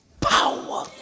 power